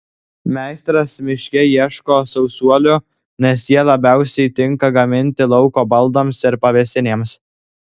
meistras miške ieško sausuolių nes jie labiausiai tinka gaminti lauko baldams ir pavėsinėms